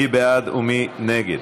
מי בעד ומי נגד?